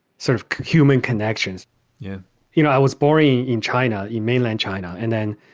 sort of human connections yeah you know, i was boring in china, in mainland china, and then,